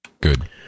Good